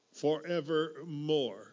forevermore